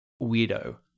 weirdo